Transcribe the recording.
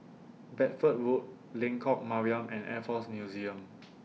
Bedford Road Lengkok Mariam and Air Force Museum